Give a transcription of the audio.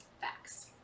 Facts